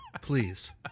Please